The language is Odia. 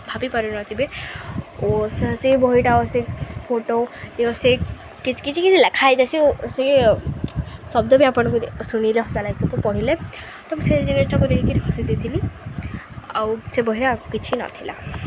ଭାବି ପାରୁନଥିବେ ଓ ସେ ବହିଟା ଆ ସେ ଫୋଟୋ ସେ କିଛି କିଛି ଲେଖା ହେଇଥିସି ସେ ସେ ଶବ୍ଦ ବି ଆପଣଙ୍କୁ ଶୁଣିଲେ ହସା ଲାଗି ପଢ଼ିଲେ ତ ମୁଁ ସେ ଜିନିଷଟାକୁ ଦେଖିକିରି ହସି ଦେଇଥିଲି ଆଉ ସେ ବହିଟା କିଛି ନଥିଲା